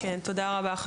תודה רבה,